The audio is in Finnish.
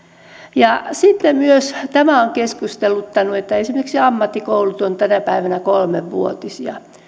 ja sitten myös tämä on keskusteluttanut että esimerkiksi ammattikoulut ovat tänä päivänä kolmevuotisia